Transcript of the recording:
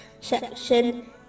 section